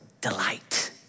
delight